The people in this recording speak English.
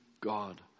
God